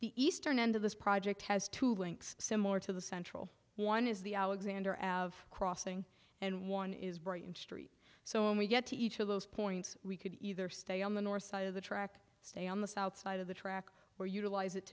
the eastern end of this project has two links similar to the central one is the alexander av crossing and one is bright and st so when we get to each of those points we could either stay on the north side of the track stay on the south side of the track or utilize it